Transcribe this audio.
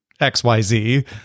XYZ